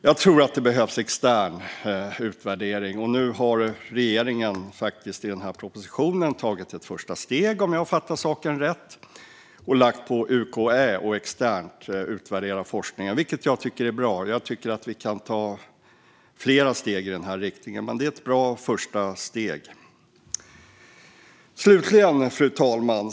Jag tror att det behövs extern utvärdering, och om jag fattat saken rätt har regeringen faktiskt tagit ett första steg i den här propositionen och lagt på UKÄ att externt utvärdera forskningen. Det tycker jag är bra. Jag tycker att vi kan ta fler steg i den riktningen, men det här är ett bra första steg. Fru talman!